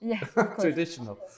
traditional